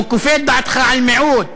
או כופה דעתך על מיעוט,